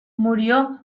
murió